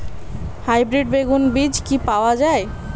Hybrid বেগুন বীজ কি পাওয়া য়ায়?